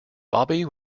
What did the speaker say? bobbie